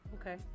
Okay